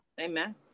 amen